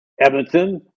Edmonton